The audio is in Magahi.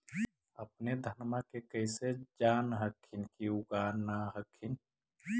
अपने धनमा के कैसे जान हखिन की उगा न हखिन?